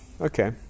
okay